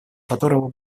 которого